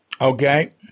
Okay